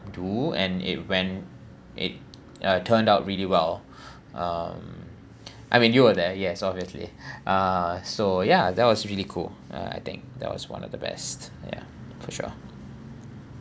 do and it when it turned out really well um I mean you were there yes obviously uh so ya that was really cool uh I think that was one of the best ya for sure